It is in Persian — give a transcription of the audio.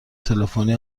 تلفنی